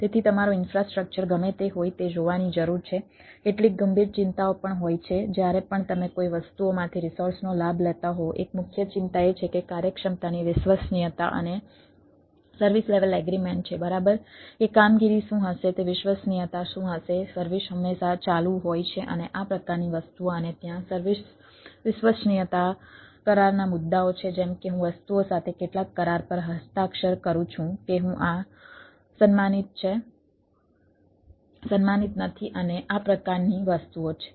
તેથી તમારું ઇન્ફ્રાસ્ટ્રક્ચર ગમે તે હોય તે જોવાની જરૂર છે કેટલીક ગંભીર ચિંતાઓ પણ હોય છે જ્યારે પણ તમે કોઈ વસ્તુઓમાંથી રિસોર્સનો લાભ લેતા હો એક મુખ્ય ચિંતા એ છે કે કાર્યક્ષમતાની વિશ્વસનીયતા અને સર્વિસ લેવલ એગ્રીમેન્ટ છે બરાબર કે કામગીરી શું હશે તે વિશ્વસનીયતા શું હશે સર્વિસ હંમેશા ચાલુ હોય છે અને આ પ્રકારની વસ્તુઓ અને ત્યાં સર્વિસ વિશ્વસનીય કરારના મુદ્દાઓ છે જેમ કે હું વસ્તુઓ સાથે કેટલાક કરાર પર હસ્તાક્ષર કરું છું કે શું આ સન્માનિત છે સન્માનિત નથી અને આ પ્રકારની વસ્તુઓ છે